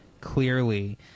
clearly